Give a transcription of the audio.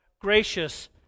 gracious